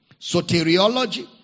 soteriology